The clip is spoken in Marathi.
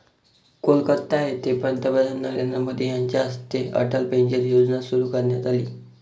कोलकाता येथे पंतप्रधान नरेंद्र मोदी यांच्या हस्ते अटल पेन्शन योजना सुरू करण्यात आली